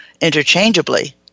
interchangeably